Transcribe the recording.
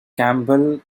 campbell